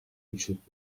güçlük